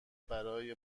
برای